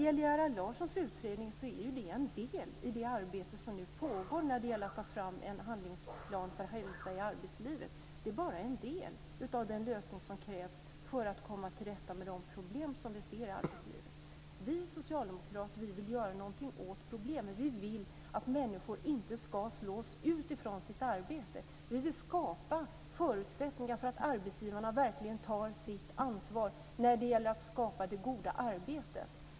Gerhard Larssons utredning är en del i det arbete som nu pågår med att ta fram en handlingsplan för hälsa i arbetslivet. Det är bara en del av den lösning som krävs för att komma till rätta med de problem som vi ser i arbetslivet. Vi socialdemokrater vill göra något åt problemen. Vi vill att människor inte ska slås ut från sitt arbete. Vi vill skapa förutsättningar för att arbetsgivarna verkligen ska ta sitt ansvar när det gäller att skapa det goda arbetet.